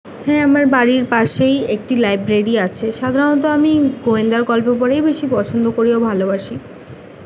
হ্যাঁ আমার বাড়ির পাশেই একটি লাইব্রেরি আছে সাধারণত আমি গোয়েন্দার গল্প পড়াই বেশি পছন্দ করি ও ভালোবাসি